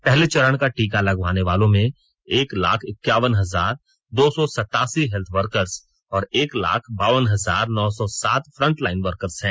पहले चरण का टीका लगवाने वालों में एक लाख इक्यावन हजार दो सौ सत्तासी हेत्थ वर्कर्स और एक लाख बावन हजार नौ सौ सात फ्रंटलाइन वर्कर्स हैं